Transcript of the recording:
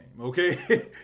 okay